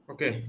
Okay